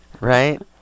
right